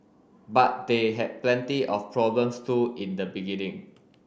but they had plenty of problems too in the beginning